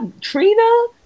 Trina